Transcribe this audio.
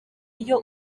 iyo